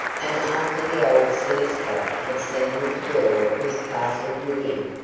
and after the old solicitor had seen that the door was fastened within,